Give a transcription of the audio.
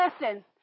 Listen